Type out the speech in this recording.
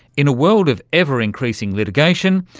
in a world of ever increasing litigation,